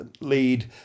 lead